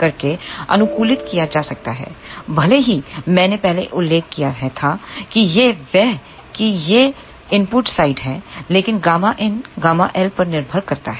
करके अनुकूलित किया जा सकता है भले ही मैंने पहले उल्लेख किया था कि यह यह इनपुट साइड है लेकिन Γin ΓL पर निर्भर करता है